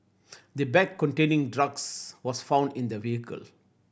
the bag containing drugs was found in the vehicle